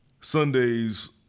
Sundays